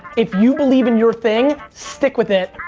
if you believe in your thing, stick with it,